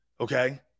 Okay